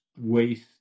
waste